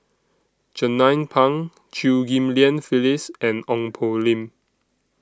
Jernnine Pang Chew Ghim Lian Phyllis and Ong Poh Lim